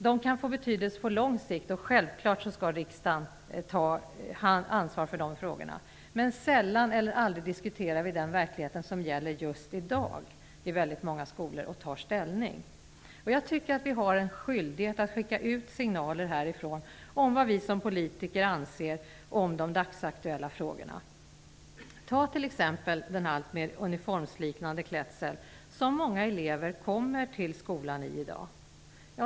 De kan få betydelse på lång sikt, och självfallet skall riksdagen ta ansvar för de frågorna, men sällan eller aldrig diskuterar vi den verklighet som gäller just i dag i väldigt många skolor och tar ställning. Jag tycker att vi har en skyldighet att härifrån skicka ut signaler om vad vi som politiker anser om de dagsaktuella frågorna. Ta t.ex. den alltmer uniformsliknande klädsel som många elever kommer till skolan i i dag.